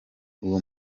uwo